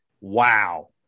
Wow